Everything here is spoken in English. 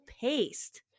paste